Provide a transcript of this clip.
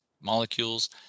molecules